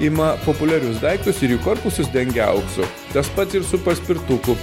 ima populiarius daiktus ir jų korpusus dengia auksu tas pat ir su paspirtuku